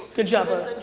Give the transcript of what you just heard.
good job,